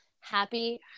Happy